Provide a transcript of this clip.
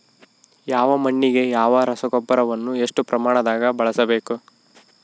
ಯಾವ ಮಣ್ಣಿಗೆ ಯಾವ ರಸಗೊಬ್ಬರವನ್ನು ಎಷ್ಟು ಪ್ರಮಾಣದಾಗ ಬಳಸ್ಬೇಕು?